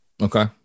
Okay